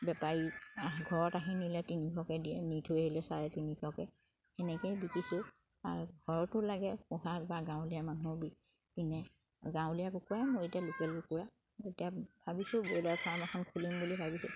বেপাৰী ঘৰত আহি নিলে তিনিশকে দিয়ে নি থৈ আহিলে চাৰে তিনিশকে সেনেকেই বিকিছোঁ আৰু ঘৰতো লাগে পোহা বা গাঁৱলীয়া মানুহে কিনে গাঁৱলীয়া কুকুৰা মই এতিয়া লোকেল কুকুৰা এতিয়া ভাবিছোঁ ব্ৰইলাৰ ফাৰ্ম এখন খুলিম বুলি ভাবিছোঁ